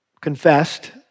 confessed